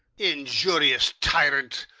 injurious tyrant,